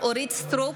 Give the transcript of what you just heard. אורית מלכה סטרוק,